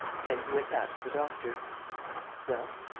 then he went back to the doctor well?